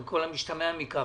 על כל המשתמע מכך.